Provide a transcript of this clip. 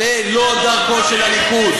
זו לא דרכו של הליכוד.